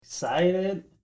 excited